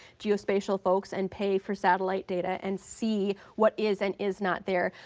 geospatial folks and pay for satellite data and see what is and is not there.